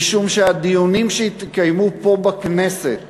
משום שהדיונים שהתקיימו פה בכנסת